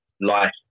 life